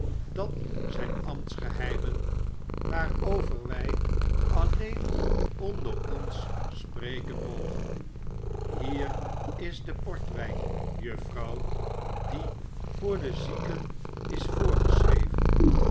dat zijn ambtsgeheimen waarover wij alleen onder ons spreken mogen hier is de portwijn juffrouw die voor de zieken is voorgeschreven